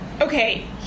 Okay